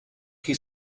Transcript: qui